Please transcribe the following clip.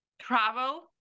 Travel